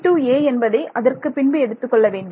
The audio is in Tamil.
T2a என்பதை அதற்கு பின்பு எடுத்துக்கொள்ள வேண்டும்